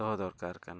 ᱫᱚᱦᱚ ᱫᱚᱨᱠᱟᱨ ᱠᱟᱱᱟ